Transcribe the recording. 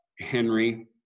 Henry